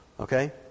Okay